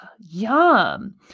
Yum